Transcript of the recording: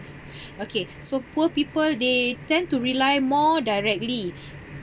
okay so poor people they tend to rely more directly